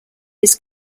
his